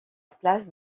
place